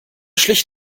schlicht